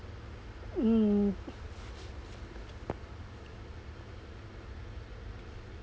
mm